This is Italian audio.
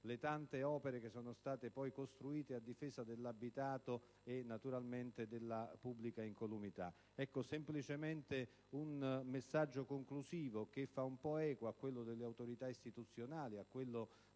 le tante opere che sono state poi costruite a difesa dell'abitato e naturalmente della pubblica incolumità. Semplicemente un messaggio conclusivo, che fa un po' eco a quello delle autorità istituzionali, a quello